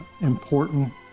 important